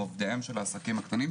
מעובדיהם של העסקים הקטנים,